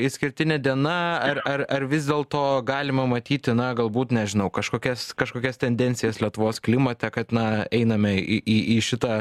išskirtine diena ar ar ar vis dėlto galima matyti na galbūt nežinau kažkokias kažkokias tendencijas lietuvos klimate kad na einame į į į šitą